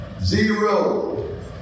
Zero